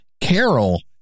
Carol